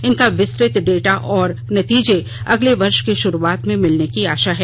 इनका विस्तृत डेटा और नतीजे अगले वर्ष की शुरूआत से मिलने की आशा है